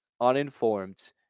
uninformed